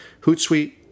Hootsuite